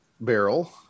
barrel